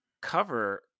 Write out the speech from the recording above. cover